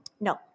No